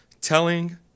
telling